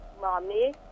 mommy